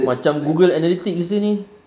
macam Google analytics jer ni